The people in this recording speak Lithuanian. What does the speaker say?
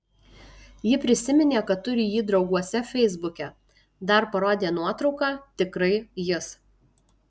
ji prisiminė kad turi jį drauguose feisbuke dar parodė nuotrauką tikrai jis